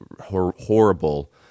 horrible